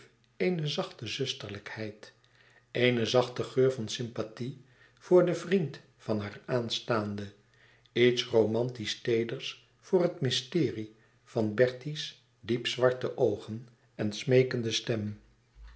eene zachte zusterlijkheid een zachte geur van sympathie voor den vriend van haar aanstaande iets romantisch teeders voor het mysterie van bertie's diepzwarte oogen en smeekende stem